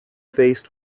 faced